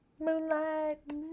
Moonlight